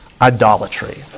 idolatry